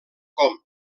com